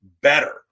better